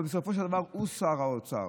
אבל בסופו של דבר הוא שר האוצר.